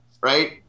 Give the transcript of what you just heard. right